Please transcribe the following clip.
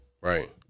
Right